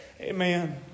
Amen